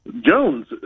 Jones